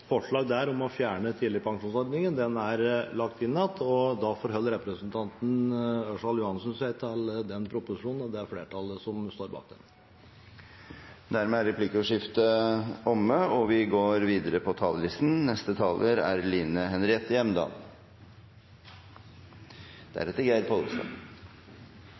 forslag der om å fjerne tidligpensjonsordningen – den er lagt inn igjen. Da forholder representanten Ørsal Johansen seg til proposisjonen og det flertallet som står bak den. Dermed er replikkordskiftet omme. Det er en annen politisk hverdag i Stortinget enn den vi